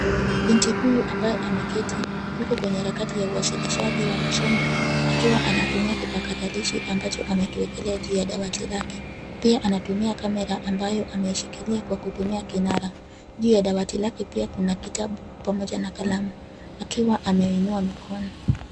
Binti huyu ambaye ameketi yuko kwenye harakati ya uwasilishaji wa masomo akiwa anatumia kipakatalishi ambacho amekiwekelea juu ya dawati lake. Pia anatumia kamera ambayo ameishikilia kwa kutumia kinara. Juu ya dawati lake pia kuna kitabu pamoja na kalamu, akiwa ameinua mikono.